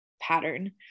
pattern